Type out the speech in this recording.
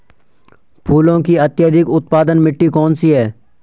फूलों की अत्यधिक उत्पादन मिट्टी कौन सी है?